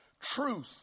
Truth